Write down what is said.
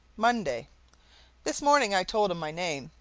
monday this morning i told him my name,